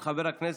של חבר הכנסת